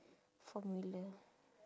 formula